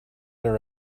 her